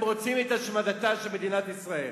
הם רוצים את השמדתה של מדינת ישראל.